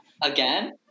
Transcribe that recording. Again